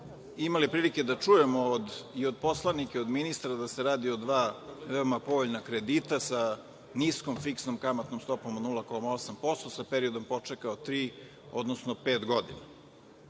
imali prilike da čujemo i od poslanika i od ministra da se radi o dva veoma povoljna kredita sa niskom fiksnom kamatnom stopom od 0,8%, sa periodom počeka od tri, odnosno pet godina. Kada